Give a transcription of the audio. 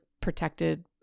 protected